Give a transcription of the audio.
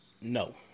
No